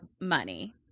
money